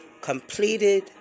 completed